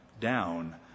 down